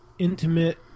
intimate